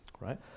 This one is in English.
right